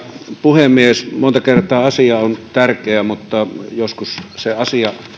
puhemies monta kertaa asia on tärkeä mutta joskus se asia